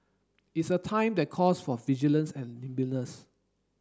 it's a time that calls for vigilance and nimbleness